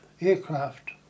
aircraft